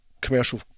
commercial